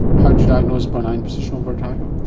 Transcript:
how do you diagnose benign positional vertigo?